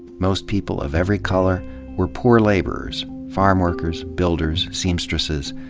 most people of every color were poor laborers farm workers, builders, seamstresses.